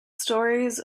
stories